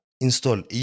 install